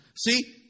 See